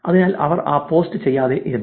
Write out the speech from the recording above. അതിനാൽ അവർ ആ പോസ്റ്റ് ചെയ്യാതെ ഇരുന്നു